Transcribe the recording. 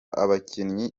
abakinnyi